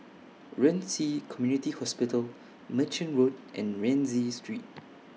Ren Ci Community Hospital Merchant Road and Rienzi Street